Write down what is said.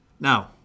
Now